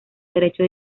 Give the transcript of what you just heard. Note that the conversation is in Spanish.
derecho